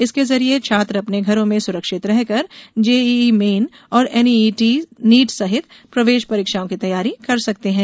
इसके जरिये छात्र अपने घरों में सुरक्षित रह कर जेईई मैन और एनईईटी सहित प्रवेश परीक्षाओं की तैयारी कर सकते हैं